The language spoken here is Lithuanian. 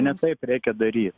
ne taip reikia daryt